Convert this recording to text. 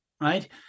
right